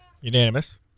Unanimous